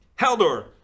Haldor